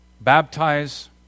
baptize